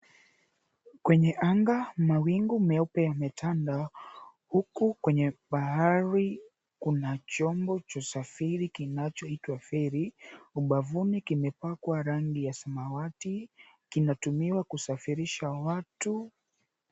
Kwenye anga mawingu meupe yametanda huku kwenye bahari kuna chombo cha usafiri kinachoitwa feri ubavuni kimepakwa rangi ya samawati, kinatumiwa kusafirisha watu.